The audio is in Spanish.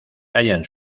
hayan